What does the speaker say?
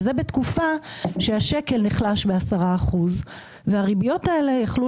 וזה בתקופה שהשקל נחלש ב-10% והריביות האלה יכלו